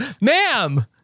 ma'am